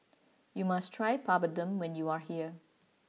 you must try Papadum when you are here